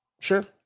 sure